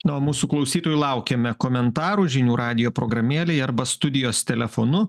na o mūsų klausytojų laukiame komentarų žinių radijo programėlėje arba studijos telefonu